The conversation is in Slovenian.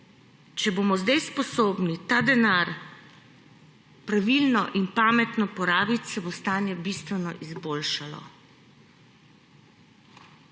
če bomo sedaj sposobni ta denar pravilno in pametno porabiti, se bo stanje bistveno izboljšalo.